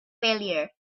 failure